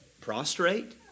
Prostrate